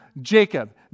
Jacob